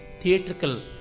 theatrical